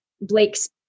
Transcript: Blake's